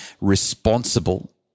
responsible